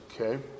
okay